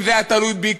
אם זה היה תלוי בי,